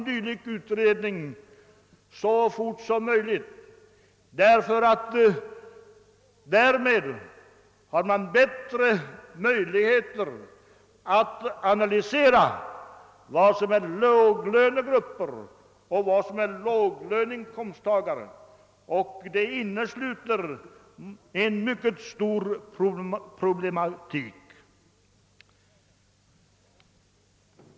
När utredningens resultat föreligger blir det nämligen möjligt att bättre analysera vilka som är låglönegrupper och vilka som är låginkomsttagare. Den frågan innesluter en mycket stor problematik.